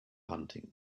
hunting